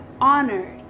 honored